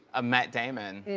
ah matt damon.